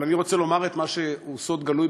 אבל אני רוצה לומר את מה שהוא סוד גלוי